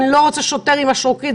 אני לא רוצה שוטר עם משרוקית,